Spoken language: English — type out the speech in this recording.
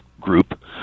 group